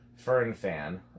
Fernfan